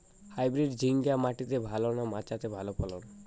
Hybrid ঝিঙ্গা মাটিতে ভালো না মাচাতে ভালো ফলন?